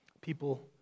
People